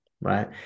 right